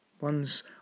Ones